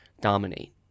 dominate